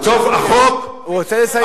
הוא רוצה לסיים.